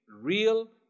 real